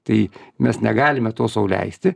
tai mes negalime to sau leisti